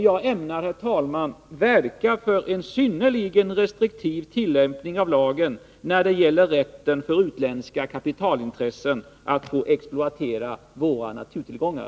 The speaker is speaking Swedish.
Jag ämnar, herr talman, verka för en synnerligen restriktiv tillämpning av lagen när det gäller rätten för utländska kapitalintressen att exploatera våra naturtillgångar.